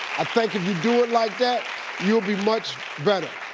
i think if you do it like that you'll be much better.